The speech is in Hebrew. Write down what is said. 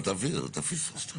אתה פספסת.